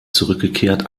zurückgekehrt